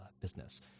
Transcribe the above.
business